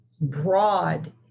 broad